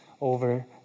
over